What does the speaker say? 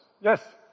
Yes